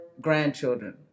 grandchildren